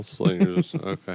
Okay